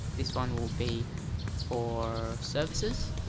this one will be for services